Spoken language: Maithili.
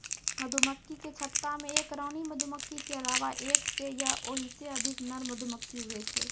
मधुमक्खी के छत्ता मे एक रानी मधुमक्खी के अलावा एक सै या ओहिसे अधिक नर मधुमक्खी हुवै छै